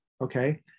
Okay